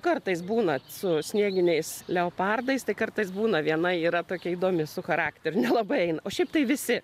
kartais būna su snieginiais leopardais tai kartais būna viena yra tokia įdomi su charakteriu nelabai eina o šiaip tai visi